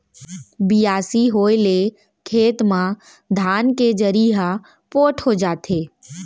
बियासी होए ले खेत म धान के जरी ह पोठ हो जाथे